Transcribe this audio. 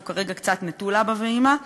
שהוא כרגע קצת נטול אבא ואימא.